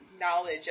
knowledge